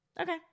Okay